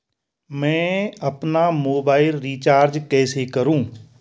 मैं अपना mobile recharge कैसे करूँ?